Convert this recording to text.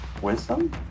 Wisdom